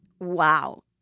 wow